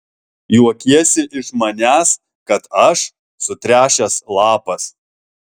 juokiesi iš manęs kad aš sutręšęs lapas